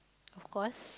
of course